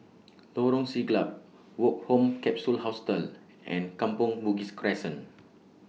Lorong Siglap Woke Home Capsule Hostel and Kampong Bugis Crescent